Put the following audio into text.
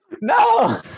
No